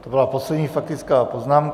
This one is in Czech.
To byla poslední faktická poznámka.